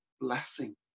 blessing